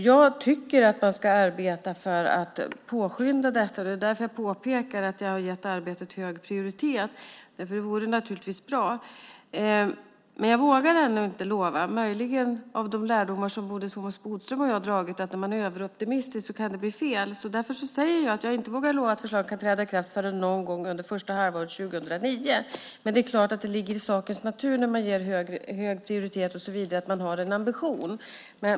Jag tycker att man ska arbeta för att påskynda detta, och det är därför jag påpekar att jag har gett arbetet hög prioritet, för det vore naturligtvis bra. Men jag vågar ändå inte lova något, möjligen utifrån de lärdomar som både Thomas Bodström och jag har dragit. Är man överoptimistisk kan det bli fel. Därför säger jag att jag inte kan lova att förslaget kan träda i kraft förrän någon gång under första halvåret 2009. Å andra sidan är det klart att det ligger i sakens natur när man ger hög prioritet att man har en ambition.